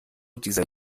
dieser